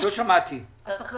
לא שמעתי.